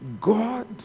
God